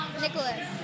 Nicholas